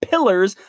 Pillars